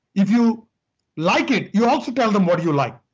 if you like it, you also tell them what you like.